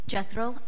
Jethro